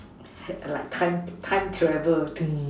like time time travel thing